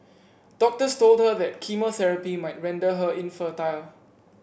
doctors told her that chemotherapy might render her infertile